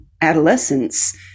adolescence